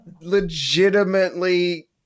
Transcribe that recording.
legitimately